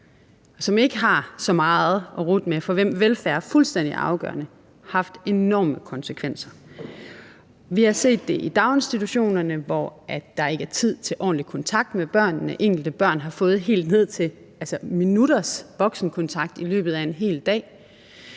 som ikke har så meget at rutte med, og for hvem velfærd er fuldstændig afgørende, haft enorme konsekvenser. Vi har set det i daginstitutionerne, hvor der ikke er tid til ordentlig kontakt med børnene. Enkelte børn har fået helt ned til minutters voksenkontakt i løbet af en hel dag.